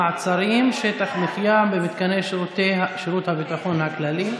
מעצרים) (שטח מחיה במתקני שירות הביטחון הכללי).